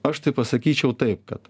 aš tai pasakyčiau taip kad